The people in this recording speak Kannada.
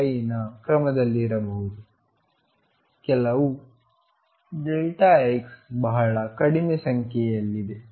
005 ರ ಕ್ರಮದಲ್ಲಿರಬಹುದು ಕೆಲವು x ಬಹಳ ಕಡಿಮೆ ಸಂಖ್ಯೆಯಲ್ಲಿದೆ